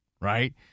right